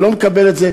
אני לא מקבל את זה.